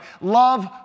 love